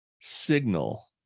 Signal